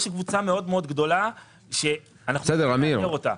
יש קבוצה גדולה מאוד שצריך להתייחס אליה.